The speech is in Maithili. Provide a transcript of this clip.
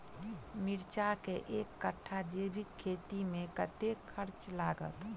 मिर्चा केँ एक कट्ठा जैविक खेती मे कतेक खर्च लागत?